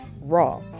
Raw